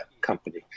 company